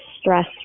stress